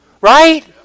Right